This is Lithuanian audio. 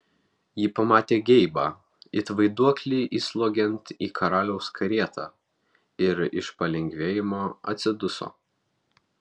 ji pamatė geibą it vaiduoklį įsliuogiant į karaliaus karietą ir iš palengvėjimo atsiduso